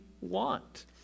want